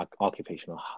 occupational